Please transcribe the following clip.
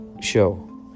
show